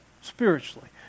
spiritually